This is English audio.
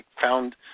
found